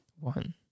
One